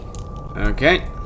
Okay